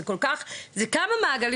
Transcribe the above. זה כמה מעגלים.